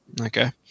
Okay